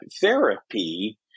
therapy